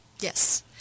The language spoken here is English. Yes